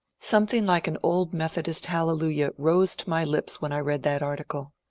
something like an old methodist hallelujah rose to my lips when i read that article.